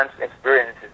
Experiences